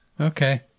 Okay